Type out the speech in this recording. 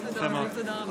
חברים, שבו.